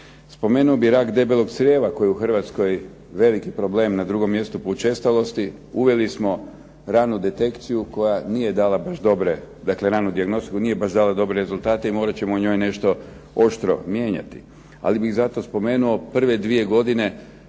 Spomenuo bih rak debelog crijeva koji je u Hrvatskoj veliki problem, na drugom mjestu po učestalosti. Uveli smo ranu detekciju koja nije dala baš dobre, dakle ranu dijagnostiku, nije baš dala dobre rezultate i morat ćemo u njoj nešto oštro mijenjati. Ali bih zato spomenuo prve 2 godine